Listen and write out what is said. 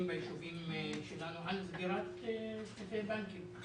ביישובים שלנו על סגירת סניפי בנקים.